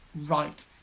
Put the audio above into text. right